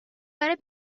برای